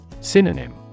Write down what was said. Synonym